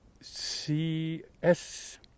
CS